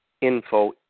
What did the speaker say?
info